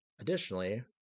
Additionally